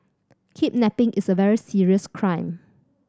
kidnapping is a very serious crime